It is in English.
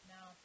Now